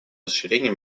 расширение